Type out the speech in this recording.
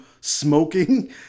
smoking